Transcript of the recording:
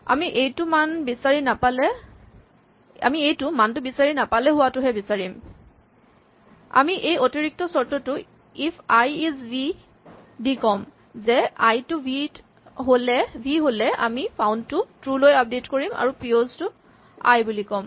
আমি এইটো মানটো বিচাৰি নাপালে হোৱাটোহে বিচাৰিম আমি এই অতিৰিক্ত চৰ্তটো ইফ আই ইজ ভি দি ক'ম যে আই টো ভি হ'লে আমি ফাউন্ড টো ট্ৰো লৈ আপডেট কৰিম আৰু পিঅ'ছ টো আই বুলি ক'ম